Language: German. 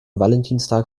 valentinstag